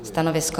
Stanovisko?